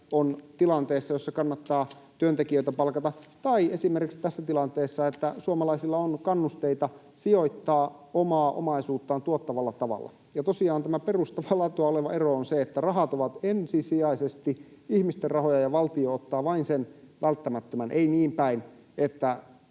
on tilanteessa, jossa kannattaa työntekijöitä palkata, tai esimerkiksi tässä tilanteessa, että suomalaisilla on kannusteita sijoittaa omaa omaisuuttaan tuottavalla tavalla. Tosiaan tämä perustavaa laatua oleva ero on se, että rahat ovat ensisijaisesti ihmisten rahoja ja valtio ottaa vain sen välttämättömän — ei niin päin, että